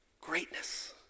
Greatness